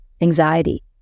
anxiety